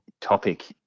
topic